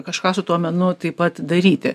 kažką su tuo menu taip pat daryti